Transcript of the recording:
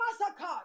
massacred